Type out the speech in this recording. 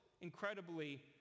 incredibly